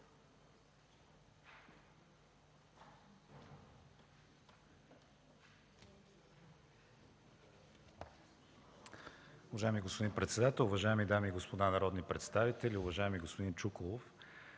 Уважаема госпожо председател, уважаеми дами и господа народни представители! Уважаеми господин Монев,